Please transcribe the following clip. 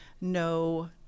no